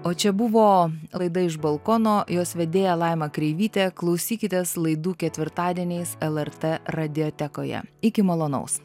o čia buvo laida iš balkono jos vedėja laima kreivytė klausykitės laidų ketvirtadieniais lrt radiotekoje iki malonaus